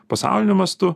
pasauliniu mastu